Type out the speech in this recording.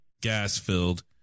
gas-filled